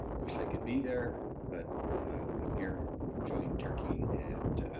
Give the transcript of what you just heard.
wish i could be there, but i'm here enjoying turkey, and